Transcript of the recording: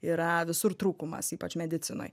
yra visur trūkumas ypač medicinoj